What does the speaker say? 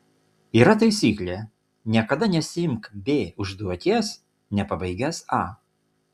yra taisyklė niekada nesiimk b užduoties nepabaigęs a